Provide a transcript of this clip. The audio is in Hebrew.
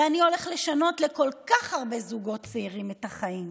ואני הולך לשנות לכל כך הרבה זוגות צעירים את החיים.